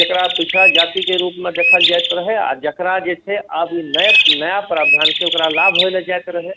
जकरा पिछड़ा जातिक रूपमे देखल जाइत रहै आ जकरा जे छै आब ई नया प्रावधानक ओकरा लाभ होइ लए जाइत रहै